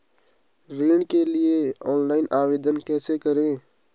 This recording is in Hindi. ऋण के लिए ऑनलाइन आवेदन कैसे करें?